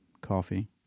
coffee